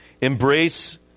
Embrace